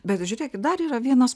bet žiūrėk dar yra vienas